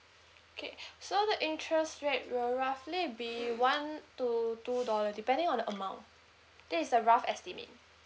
okay so the interest rate will roughly be one to two dollar depending on the amount that is a rough estimate